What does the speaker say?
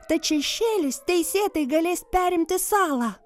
tad šešėlis teisėtai galės perimti salą